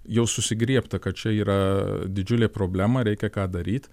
jau susigriebta kad čia yra didžiulė problema reikia ką daryt